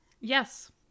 Yes